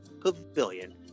pavilion